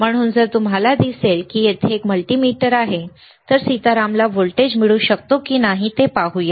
म्हणून जर तुम्हाला दिसले की येथे एक मल्टीमीटर आहे तर सीतारामला व्होल्टेज मिळू शकतो की नाही ते पाहूया